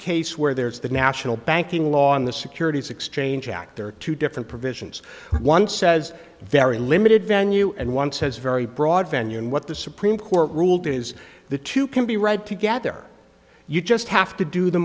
case where there's the national banking law and the securities exchange act there are two different provisions one says very limited venue and one says very broad venue and what the supreme court ruled is the two can be read together you just have to do the